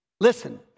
Listen